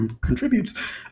contributes